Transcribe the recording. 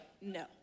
no